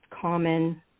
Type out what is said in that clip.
common